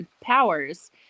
powers